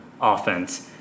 offense